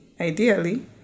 ideally